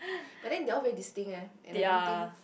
but then they all very distinct eh and I don't think